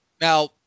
Now